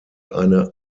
eine